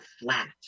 flat